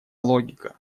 логика